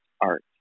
art